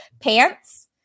pants